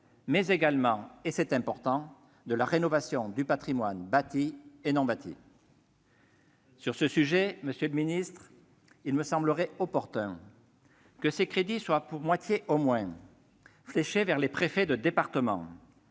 mais également, et c'est important, de la rénovation du patrimoine public bâti et non bâti. Sur ce sujet, monsieur le ministre, il me semblerait opportun que ces crédits soient, pour la moitié au moins, fléchés vers les préfets de département.